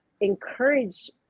encourage